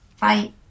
Bye